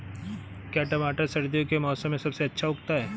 क्या टमाटर सर्दियों के मौसम में सबसे अच्छा उगता है?